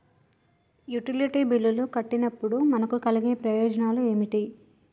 Utility బిల్లులు కట్టినప్పుడు మనకు కలిగే ప్రయోజనాలు ఏమిటి?